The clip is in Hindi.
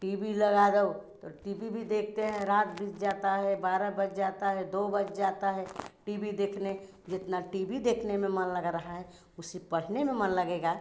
टी बी लगा दो तो टी बी भी देखते हैं रात बीत जाती है बारह बज जाते हैं दो बज जाते हैं टी वी देखने जितना टी बी देखने में मन लग रहा है उसे पढ़ने में मन लगेगा